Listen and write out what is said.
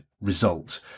result